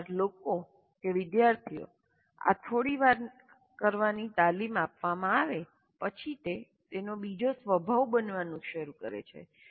એકવાર લોકો વિદ્યાર્થીઓને આ થોડી વાર કરવાની તાલીમ આપવામાં આવે પછી તે બીજો સ્વભાવ બનવાનું શરૂ કરે છે